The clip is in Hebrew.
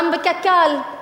גם בקק"ל.